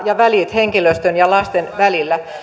ja henkilöstön ja lasten